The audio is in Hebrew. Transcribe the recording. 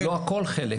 לא הכל, חלק.